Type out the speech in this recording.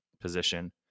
position